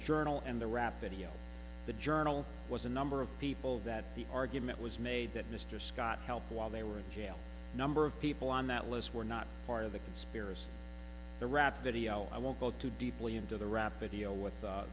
journal and the rap video the journal was a number of people that the argument was made that mr scott help while they were in jail number of people on that list were not part of the conspiracy the rap video i won't go too deeply into the rap video with